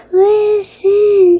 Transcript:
listen